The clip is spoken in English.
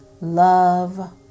love